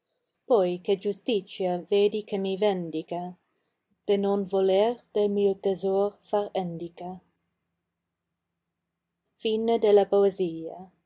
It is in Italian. poi che justizia vedi che mi vendica deh non voler del mio tesor far endica